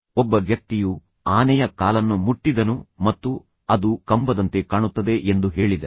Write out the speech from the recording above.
ಒಬ್ಬ ವ್ಯಕ್ತಿಯು ಆನೆಯ ಕಾಲನ್ನು ಮುಟ್ಟಿದನು ಮತ್ತು ಅದು ಕಂಬದಂತೆ ಕಾಣುತ್ತದೆ ಎಂದು ಹೇಳಿದನು